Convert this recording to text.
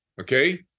Okay